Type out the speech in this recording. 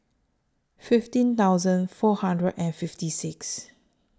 fifteen thousand four hundred and fifty six